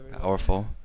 Powerful